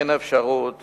אין אפשרות